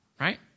right